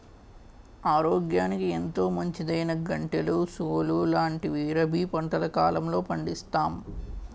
ఆరోగ్యానికి ఎంతో మంచిదైనా గంటెలు, సోలు లాంటివి రబీ పంటల కాలంలో పండిస్తాం